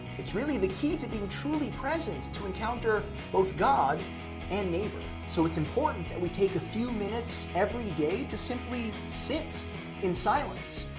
it's really the key to being truly present to encounter both god and neighbor. so it's important that we take a few minutes every day to simply sit in silence,